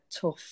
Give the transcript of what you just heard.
tough